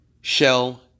Shell